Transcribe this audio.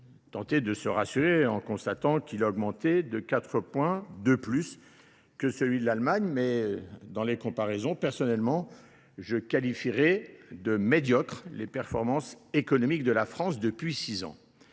tenter de se rassurer en constatant qu'il a augmenté de 4 points de plus que celui de l'Allemagne, mais dans les comparaisons, personnellement, je qualifierais de médiocre les performances économiques de la France depuis 6 ans.